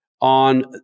on